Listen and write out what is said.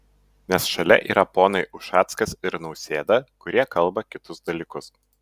nes šalia yra ponai ušackas ir nausėda kurie kalba kitus dalykus